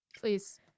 Please